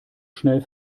schnell